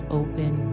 open